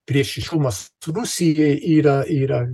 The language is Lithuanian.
priešiškumas rusijai yra yra